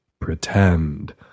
pretend